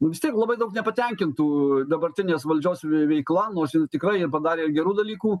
nu vis tiek labai daug nepatenkintų dabartinės valdžios veikla nors jinai tikrai ir padarė gerų dalykų